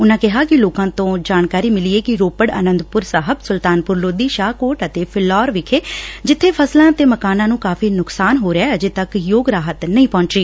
ਉਨਾਂ ਕਿਹਾ ਕਿ ਲੋਕਾ ਤੋ ਜਾਣਕਾਰੀ ਮਿਲੀ ਏ ਕਿ ਰੋਪੜ ਆਨੰਦਪੁਰ ਸਾਹਿਬ ਸੁਲਤਾਨਪੁਰ ਲੋਧੀ ਸ਼ਾਹਕੋਟ ਅਤੇ ਫਿਲੌਰ ਵਿਖੇ ਜਿੱਬੇ ਫਸਲਾ ਤੇ ਮਕਾਨਾਂ ਨੂੰ ਕਾਫ਼ੀ ਨੁਕਸਾਨ ਹੋ ਰਿਹੈ ਅਜੇ ਤੱਕ ਯੋਗ ਰਾਹਤ ਨਹੀਂ ਪਹੁੰਚੀ